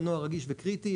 המנוע רגיש וקריטי,